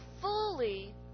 fully